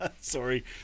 Sorry